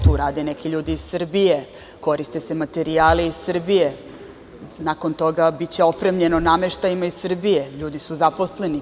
Tu rade neki ljudi iz Srbije, koriste se materijali iz Srbije, nakon toga biće opremljeno nameštajem iz Srbije, ljudi su zaposleni.